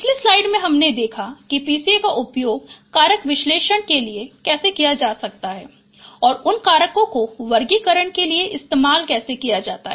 पिछली स्लाइड में हमनें देखा है कि PCA का उपयोग कारक विश्लेषण के लिए कैसे किया जा सकता है और उन कारकों को वर्गीकरण के लिए इस्तेमाल किया जा सकता है